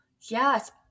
yes